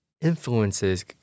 influences